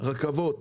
רכבות.